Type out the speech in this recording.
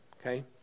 okay